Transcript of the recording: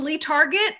Target